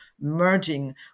merging